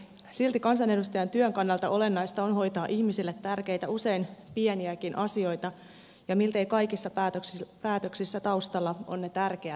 silti kansanedustajan työn kannalta olennaista on hoitaa ihmisille tärkeitä usein pieniäkin asioita ja miltei kaikissa päätöksissä taustalla on ne tärkeät arvot